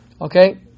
Okay